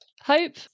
Hope